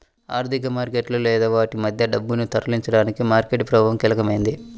ఆర్థిక మార్కెట్లలో లేదా వాటి మధ్య డబ్బును తరలించడానికి మార్కెట్ ప్రభావం కీలకమైనది